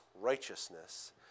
righteousness